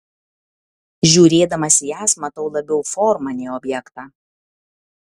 žiūrėdamas į jas matau labiau formą nei objektą